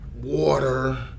water